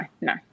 no